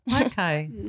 okay